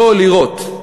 לא לירות.